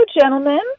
gentlemen